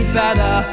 better